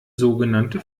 sogenannte